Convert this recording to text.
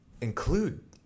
include